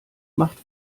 macht